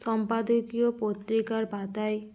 সম্পাদকীয় পত্রিকার পাতায়